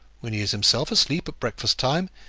when he is himself asleep at breakfast-time,